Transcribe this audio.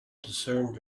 discern